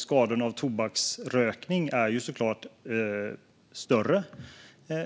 Skadorna av tobaksrökning är såklart större,